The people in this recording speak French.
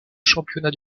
championnats